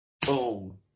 Boom